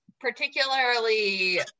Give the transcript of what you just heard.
particularly